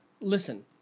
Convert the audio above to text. listen